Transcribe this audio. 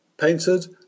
painted